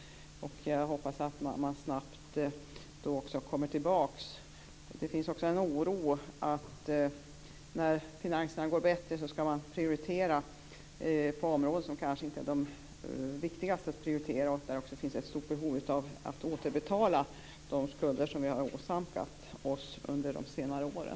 Jag hoppas att man snabbt kommer tillbaka till detta. Det finns en oro för att områden som kanske inte är de viktigaste att prioritera kommer att prioriteras när finanserna blir bättre. Det finns ju också ett stort behov av att återbetala de skulder som vi har åsamkat oss under de senare åren.